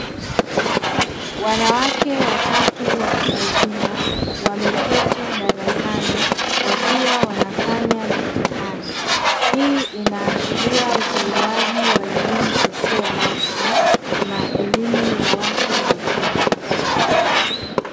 Wanawake watatu watu wazima wameketi darasani, wakiwa wanafanya mitihani. Hii inaashiria utolewaji wa elimu isiyo rasmi na elimu ya watu wazima.